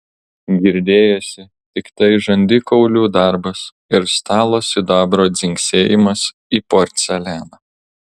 girdėjosi tiktai žandikaulių darbas ir stalo sidabro dzingsėjimas į porcelianą